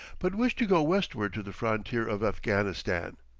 but wished to go westward to the frontier of afghanistan.